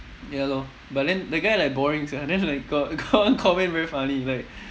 ya lor but then that guy like boring sia then like got got one comment very funny like